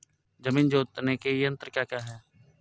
जमीन जोतने के यंत्र क्या क्या हैं?